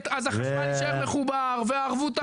אז החשמל יישאר מחובר והערבות תחזור.